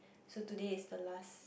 so today is the last